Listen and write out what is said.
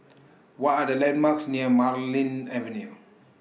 What Are The landmarks near Marlene Avenue